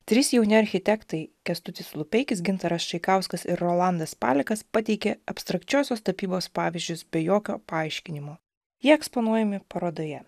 trys jauni architektai kęstutis lupeikis gintaras čaikauskas ir rolandas palekas pateikė abstrakčiosios tapybos pavyzdžius be jokio paaiškinimo jie eksponuojami parodoje